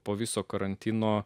po viso karantino